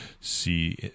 see